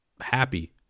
happy